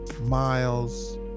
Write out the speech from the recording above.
Miles